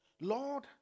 Lord